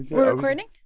we're recording?